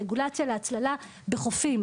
רגולציה להצללה בחופים,